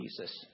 Jesus